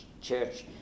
church